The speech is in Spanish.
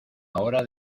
hora